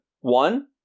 One